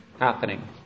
happening